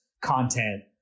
content